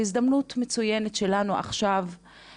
זו הזדמנות מצוינת להיערך